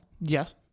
Yes